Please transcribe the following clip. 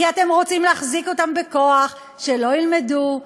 כי אתם רוצים להחזיק אותם בכוח, שלא ילמדו,